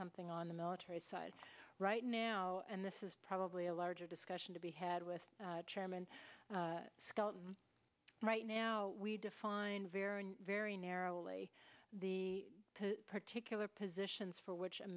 something on the military side right now and this is probably a larger discussion to be had with chairman skelton right now we define very very narrowly the particular positions for which